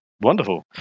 wonderful